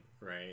right